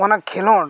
ᱚᱱᱟ ᱠᱷᱮᱞᱳᱸᱰ